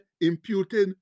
imputing